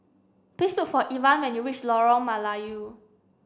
please look for Evan when you reach Lorong Melayu